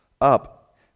Up